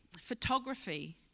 photography